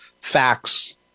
facts